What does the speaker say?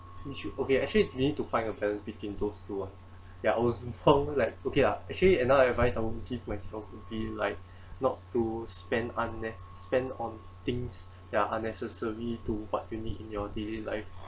you should okay actually we need to find a balance between those two ah ya I was !wow! like okay ah actually another advice I would give myself would be like not to spend unnece~ spend on things that are unnecessary to what you need in your daily life